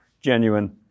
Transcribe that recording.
genuine